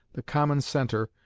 the common centre,